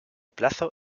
plazo